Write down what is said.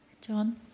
John